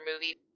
movie